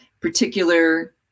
particular